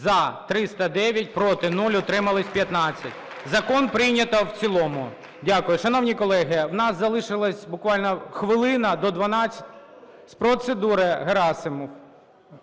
За-309 Проти – 0, утримались – 15. Закон прийнято в цілому. Дякую. Шановні колеги, в нас залишилась буквально хвилина до… З процедури Герасимов.